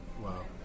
Wow